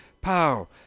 POW